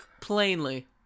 plainly